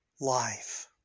life